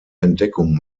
entdeckung